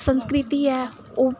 संस्कृति ऐ ओह्